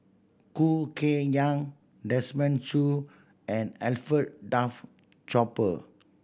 Khoo Kay Hian Desmond Choo and Alfred Duff Cooper